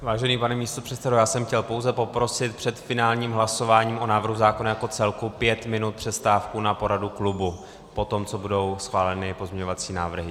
Vážený pane místopředsedo, jenom jsem chtěl pouze poprosit před finálním hlasováním o návrhu zákona jako celku pět minut přestávku na poradu klubu poté, co budou schváleny pozměňovací návrhy.